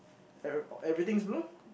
every~ everything is blue